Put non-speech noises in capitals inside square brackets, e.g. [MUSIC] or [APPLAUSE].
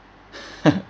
[LAUGHS]